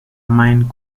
mine